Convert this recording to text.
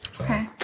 Okay